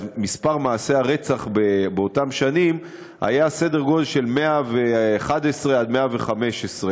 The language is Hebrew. אז מספר מעשי הרצח באותן שנים היה סדר גודל של 111 115,